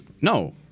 No